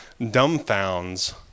dumbfounds